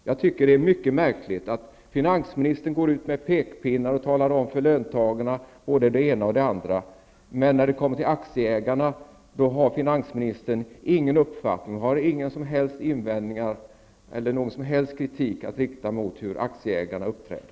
Jag tycker att det är mycket märkligt att finansministern går ut med pekpinnar och talar om både det ena och det andra för löntagarna men inte har någon som helst kritik att rikta mot hur aktieägarna uppträder.